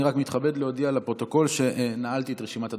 אני רק מתכבד להודיע לפרוטוקול שנעלתי את רשימת הדוברים.